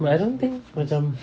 but I don't think macam